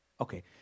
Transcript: Okay